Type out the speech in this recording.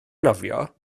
nofio